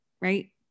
Right